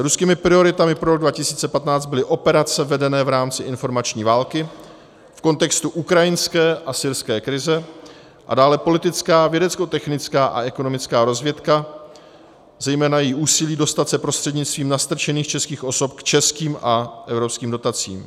Ruskými prioritami pro rok 2015 byly operace vedené v rámci informační války v kontextu ukrajinské a syrské krize a dále politická, vědeckotechnická a ekonomická rozvědka, zejména její úsilí dostat se prostřednictvím nastrčených českých osob k českým a evropským dotacím.